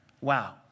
Wow